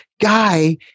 guy